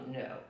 no